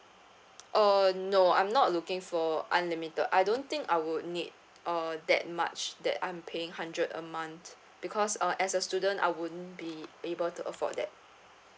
uh no I'm not looking for unlimited I don't think I would need uh that much that I'm paying hundred a month because uh as a student I wouldn't be able to afford that